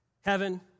Heaven